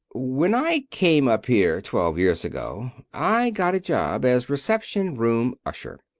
when i came up here twelve years ago i got a job as reception-room usher.